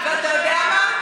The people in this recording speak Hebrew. אתה יודע מה?